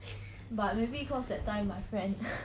but maybe cause that time my friend